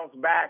back